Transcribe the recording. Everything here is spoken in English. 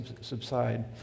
subside